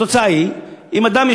התוצאה היא שאם אדם,